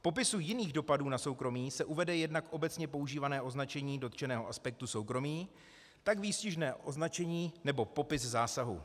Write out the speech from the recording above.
V popisu jiných dopadů na soukromí se uvede jednak obecně používané označení dotčeného aspektu soukromí, tak výstižné označení nebo popis zásahu.